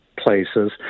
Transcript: places